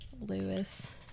Lewis